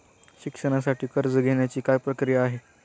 शिक्षणासाठी कर्ज घेण्याची काय प्रक्रिया आहे?